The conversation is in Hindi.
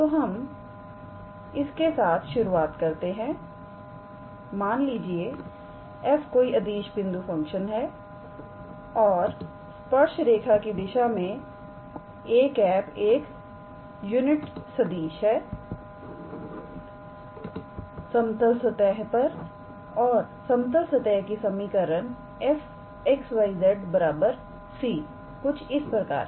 तो हम इसके साथ शुरुआत करते हैं मान लीजिए 𝑓𝑥 𝑦 𝑧 कोई अदिश बिंदु फंक्शन है और स्पर्श रेखा की दिशा में 𝑎̂ एक यूनिट सदिश है समतल सतह पर और समतल सतह का समीकरण 𝑓𝑥 𝑦 𝑧 𝑐 कुछ इस प्रकार है